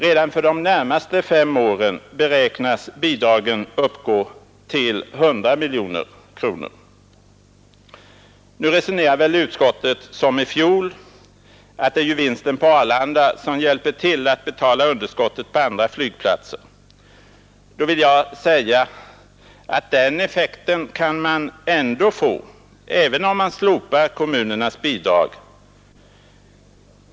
Redan för de närmaste fem åren beräknas bidraget uppgå till 100 miljoner kronor. Nu resonerar väl utskottet som i fjol, att vinsten på Arlanda hjälper till att betala underskottet på andra flygplatser. Då vill jag säga att den effekten kan man få ändå, även om man slopar kommunernas bidrag.